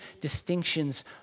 distinctions